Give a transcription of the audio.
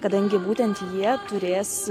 kadangi būtent jie turės